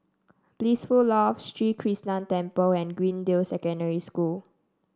Blissful Loft Sri Krishnan Temple and Greendale Secondary School